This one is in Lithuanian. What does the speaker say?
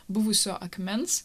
buvusio akmens